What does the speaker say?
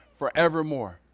Forevermore